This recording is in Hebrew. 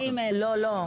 לא, לא.